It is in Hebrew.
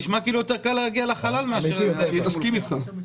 אני מסכים איתך.